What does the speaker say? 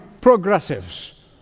progressives